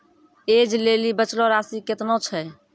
ऐज लेली बचलो राशि केतना छै?